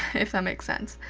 if that makes sense.